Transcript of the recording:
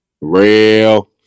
Real